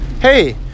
Hey